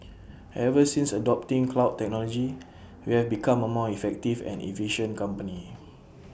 ever since adopting cloud technology we have become A more effective and efficient company